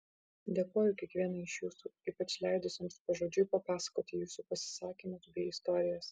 dėkoju kiekvienai iš jūsų ypač leidusioms pažodžiui papasakoti jūsų pasisakymus bei istorijas